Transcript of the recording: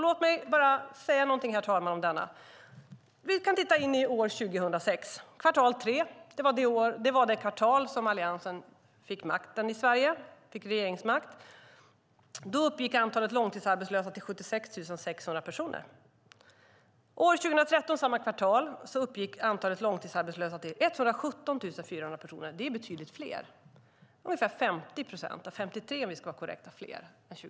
Låt mig säga någonting, herr talman, om denna. Vi kan titta på år 2006, kvartal tre. Det var det kvartal då Alliansen fick regeringsmakten i Sverige. Då uppgick antalet långtidsarbetslösa till 76 600 personer. Samma kvartal år 2013 uppgick antalet långtidsarbetslösa till 117 400 personer. Det är ju betydligt fler än 2006 - 53 procent fler om vi ska vara korrekta.